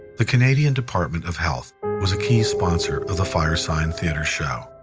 the canadian department of health was a key sponsor of the firesign theatre show.